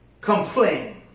complain